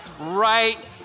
right